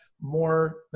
more